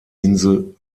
insel